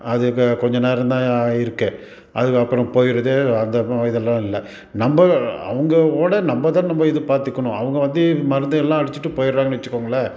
அது க கொஞ்ச நேரம் தான் இருக்குது அதுக்கப்புறம் போயிடுது அதுக்கப்புறம் இதெல்லாம் இல்லை நம்ம அவங்களோட நம்ம தானே நம்ம இது பார்த்துக்கணும் அவங்க வந்து மருந்தையெல்லாம் அடிச்சுட்டு போயிடுறாங்கன்னு வெச்சுக்கோங்களேன்